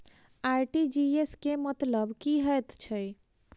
RTGS केँ मतलब की हएत छै?